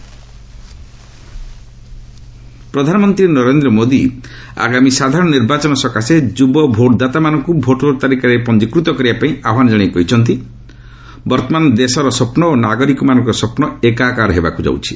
ମନ୍ କି ବାତ୍ ପ୍ରଧାନମନ୍ତ୍ରୀ ନରେନ୍ଦ୍ର ମୋଦି ଆଗାମୀ ସାଧାରଣ ନିର୍ବାଚନ ସକାଶେ ଯୁବ ଭୋଟ୍ଦାତାମାନଙ୍କୁ ଭୋଟରତାଲିକାରେ ପଞ୍ଜିକୃତ କରିବା ପାଇଁ ଆହ୍ୱାନ ଜଣାଇ କହିଛନ୍ତି ଯେ ବର୍ତ୍ତମାନ ଦେଶର ସ୍ୱପ୍ନ ଓ ନାଗରିକମାନଙ୍କ ସ୍ୱପ୍ନ ଏକାକାର ହେବାକୁ ଯାଉଛି